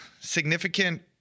significant